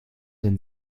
den